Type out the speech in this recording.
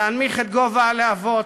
להנמיך את גובה הלהבות,